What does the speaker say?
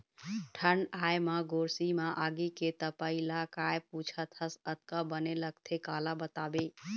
ठंड आय म गोरसी म आगी के तपई ल काय पुछत हस अतका बने लगथे काला बताबे